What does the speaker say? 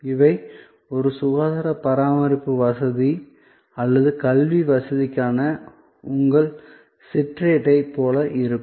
இவை ஒரு சுகாதாரப் பராமரிப்பு வசதி அல்லது கல்வி வசதிக்கான உங்கள் சிற்றேட்டைப் போல இருக்கும்